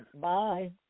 Bye